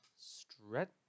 Stretch